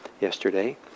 yesterday